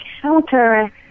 counter